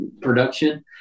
production